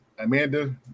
Amanda